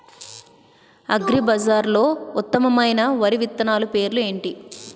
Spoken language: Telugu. అగ్రిబజార్లో ఉత్తమమైన వరి విత్తనాలు పేర్లు ఏంటి?